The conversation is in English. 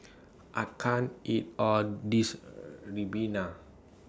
I can't eat All of This Ribena